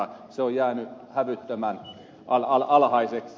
se on jäänyt hävyttömän alhaiseksi